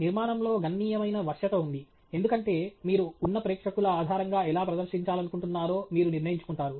నిర్మాణంలో గణనీయమైన వశ్యత ఉంది ఎందుకంటే మీరు ఉన్న ప్రేక్షకుల ఆధారంగా ఎలా ప్రదర్శించాలనుకుంటున్నారో మీరు నిర్ణయించుకుంటారు